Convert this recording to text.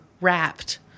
wrapped